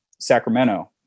Sacramento